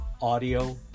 Audio